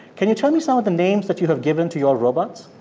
can you tell me some of the names that you have given to your robots?